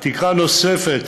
תקרה נוספת